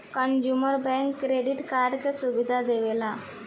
consumer bank credit card के सुविधा देवेला